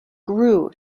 grew